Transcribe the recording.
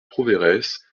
prouveiresse